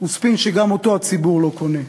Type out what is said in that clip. הוא ספין שגם אותו הציבור לא קונה.